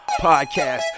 Podcast